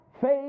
faith